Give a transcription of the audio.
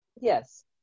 Yes